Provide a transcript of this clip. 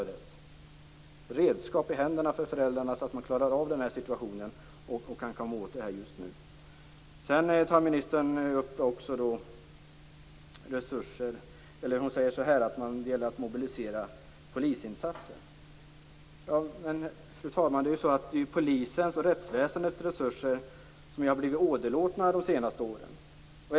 Vi måste sätta redskap i händerna på föräldrarna, så att de klarar av situationen och kan komma åt problemen just nu. Ministern säger också att det gäller att mobilisera polisinsatser. Fru talman! Polisens och rättsväsendets resurser har blivit åderlåtna de senaste åren.